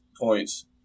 points